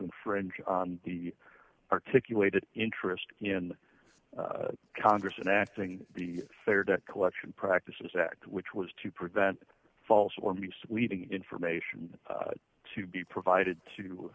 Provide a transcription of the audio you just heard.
infringe on the articulated interest in congress and acting the fair debt collection practices act which was to prevent false or misleading information to be provided to